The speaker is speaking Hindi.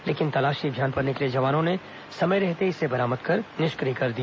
लेकिन तलाशी अभियान पर निकले जवानों ने समय रहते इसे बरामद कर निष्क्रिय कर दिया